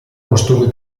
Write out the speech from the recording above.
costumi